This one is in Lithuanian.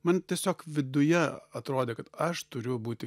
man tiesiog viduje atrodė kad aš turiu būti